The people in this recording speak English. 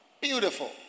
beautiful